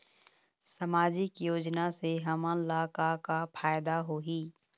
सामाजिक योजना से हमन ला का का फायदा होही?